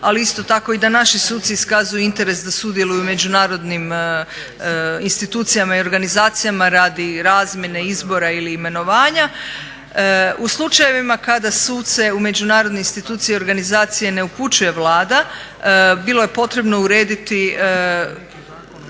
ali isto tako i da naši suci iskazuju interes da sudjeluju u međunarodnim institucijama i organizacijama radi razmjene izbora ili imenovanja. U slučajevima kada suce u međunarodne institucije i organizacije ne upućuje Vlada bilo je potrebno urediti